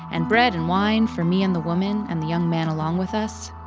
and bread and wine for me and the woman and the young man along with us.